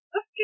Okay